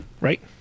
Right